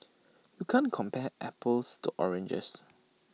you can't compare apples to oranges